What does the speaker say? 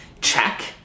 check